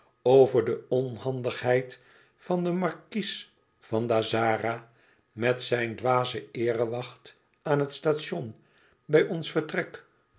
over de onhandigheid van den markies van dazzara met zijn dwaze eerewacht aan het station bij ons vertrek